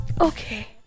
okay